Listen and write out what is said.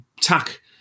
tack –